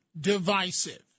divisive